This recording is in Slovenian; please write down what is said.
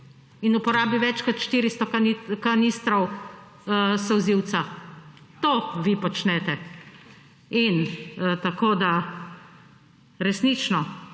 in uporabi več kot 400 kanistrov solzivca. To vi počnete. Resnično,